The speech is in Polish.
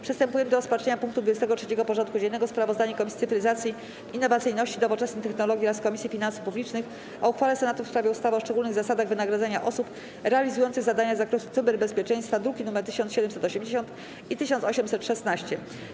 Powracamy do rozpatrzenia punktu 23. porządku dziennego: Sprawozdanie Komisji Cyfryzacji, Innowacyjności i Nowoczesnych Technologii oraz Komisji Finansów Publicznych o uchwale Senatu w sprawie ustawy o szczególnych zasadach wynagradzania osób realizujących zadania z zakresu cyberbezpieczeństwa (druki nr 1780 i 1816)